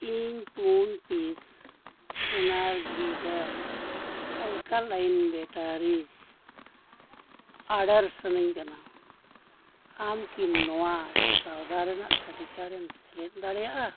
ᱤᱧ ᱯᱩᱱ piece Energizer alkaline batteries order ᱥᱟᱹᱱᱟᱹᱧ ᱠᱟᱱᱟ ᱟᱢᱠᱤ ᱱᱚᱣᱟ ᱥᱚᱣᱫᱟ ᱨᱮᱱᱟᱜ ᱛᱟᱞᱤᱠᱟᱨᱮᱢ ᱥᱮᱞᱮᱫ ᱫᱟᱲᱮᱭᱟᱜᱼᱟ